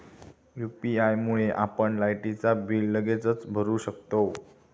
UPI मुळे आपण लायटीचा बिल लगेचच भरू शकतंव